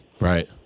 Right